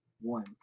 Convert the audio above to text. one